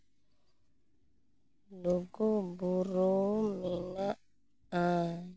ᱞᱩᱜᱩ ᱵᱩᱨᱩ ᱢᱮᱱᱟᱜᱼᱟ